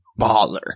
baller